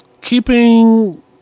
Keeping